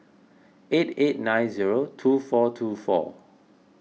eight eight nine zero two four two four